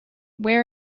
where